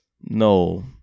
No